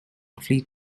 fleet